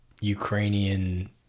Ukrainian